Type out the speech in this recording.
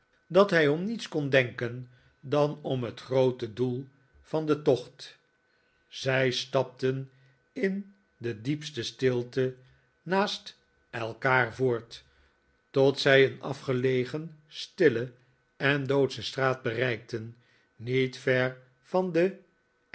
dat hij om niets kon denken dan om het groote doel van den tocht zij stapten in de diepste stilte naast elkaar voort tot zij een afgelegen stille en doodsche straat bereikten niet ver van den